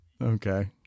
Okay